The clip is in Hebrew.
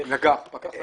פקח נגח,